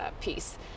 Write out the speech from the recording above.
piece